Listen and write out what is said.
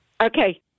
Okay